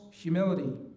humility